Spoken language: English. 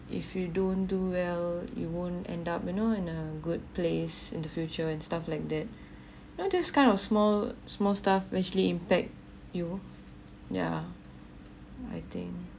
if you don't do well you won't end up you know and a good place in the future and stuff like that you know it's kind of small small staff actually impact you ya I think